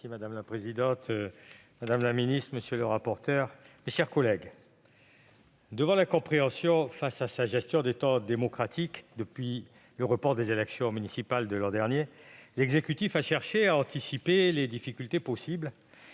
Madame la présidente, madame la ministre, mes chers collègues, devant l'incompréhension qui s'est exprimée face à sa gestion des temps démocratiques depuis le report des élections municipales de l'an dernier, l'exécutif a cherché à anticiper les difficultés possibles.